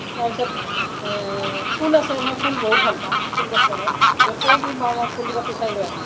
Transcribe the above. তাৰপিছত ফুল আছে মই ফুল বহুত ভাল পাওঁ ফুল গছ লগাই য'তেই কিবা মই ফুলগছ উঠাই লৈ আহোঁ